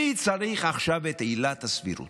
מי צריך עכשיו את עילת הסבירות?